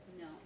No